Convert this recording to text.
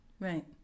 right